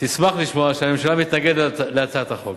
תשמח לשמוע שהממשלה מתנגדת להצעת החוק.